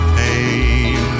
pain